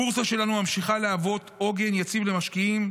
הבורסה שלנו ממשיכה להוות עוגן יציב למשקיעים,